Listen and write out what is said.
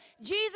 Jesus